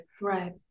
Right